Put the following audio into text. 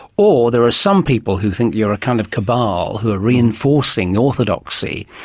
or there are some people who think you're a kind of cabal who are reinforcing orthodoxy.